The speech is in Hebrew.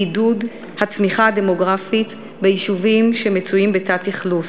לעידוד הצמיחה הדמוגרפית ביישובים שמצויים בתת-אכלוס.